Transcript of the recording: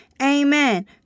Amen